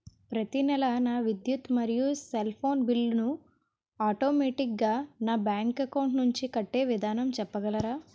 ప్రతి నెల నా విద్యుత్ మరియు సెల్ ఫోన్ బిల్లు ను ఆటోమేటిక్ గా నా బ్యాంక్ అకౌంట్ నుంచి కట్టే విధానం చెప్పగలరా?